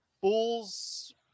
Bulls